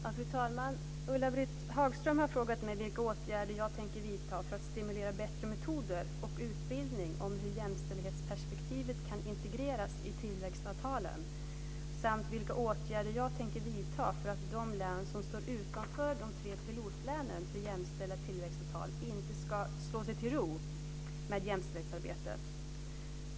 Fru talman! Ulla-Britt Hagström har frågat mig vilka åtgärder jag tänker vidta för att stimulera bättre metoder och utbildning om hur jämställdhetsperspektivet kan integreras i tillväxtavtalen samt vilka åtgärder jag tänker vidta för att de län som står utanför de tre pilotlänen för jämställda tillväxtavtal inte ska "slå sig till ro" med jämställdhetsarbetet.